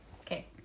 Okay